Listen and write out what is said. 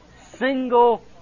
single